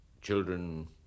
Children